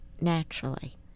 naturally